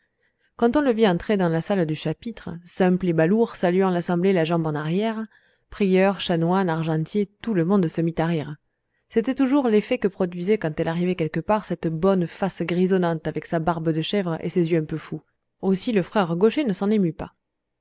quand on le vit entrer dans la salle du chapitre simple et balourd saluant l'assemblée la jambe en arrière prieur chanoines argentier tout le monde se mit à rire c'était toujours l'effet que produisait quand elle arrivait quelque part cette bonne face grisonnante avec sa barbe de chèvre et ses yeux un peu fous aussi le frère gaucher ne s'en émut pas